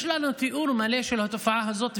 יש לנו תיאור מלא של התופעה הזאת,